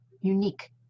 unique